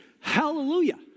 Hallelujah